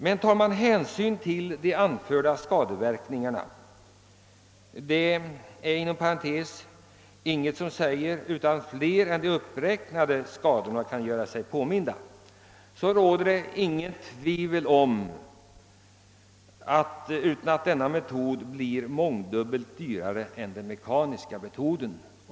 Men tar man hänsyn till de anförda skadeverkningarna — ingenting säger något annat än att även fler än de uppräknade skadorna kan göra sig påminda — råder inte något tvivel om att denna metod blir mångdubbelt dyrare än den mekaniska metoden.